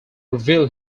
reveal